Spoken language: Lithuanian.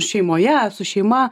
šeimoje su šeima